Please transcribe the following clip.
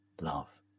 love